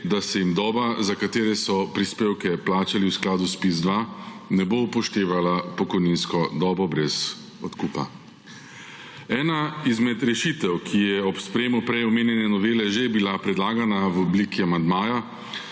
da se jim doba, za katero so prispevke plačali v skladu s ZPIZ-2, ne bo upoštevala v pokojninsko dobo brez dokupa, ena izmed rešitev, ki je bila ob sprejetju prej omenjene novele že predlagana v obliki amandmaja,